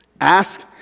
Ask